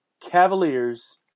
Cavaliers